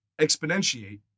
exponentiate